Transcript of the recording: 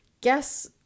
guess